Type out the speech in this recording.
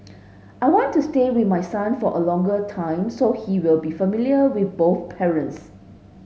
I want to stay with my son for a longer time so he will be familiar with both parents